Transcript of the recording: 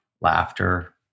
laughter